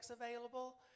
available